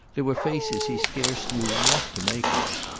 there were faces he scarce knew what to make of.